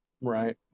Right